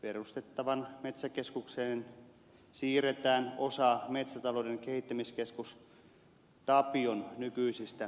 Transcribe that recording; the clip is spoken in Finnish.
perustettavaan metsäkeskukseen siirretään osa metsätalouden kehittämiskeskus tapion nykyisistä tehtävistä